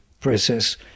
process